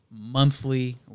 monthly